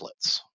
templates